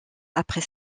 après